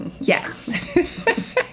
Yes